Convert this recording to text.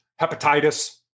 hepatitis